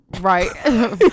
right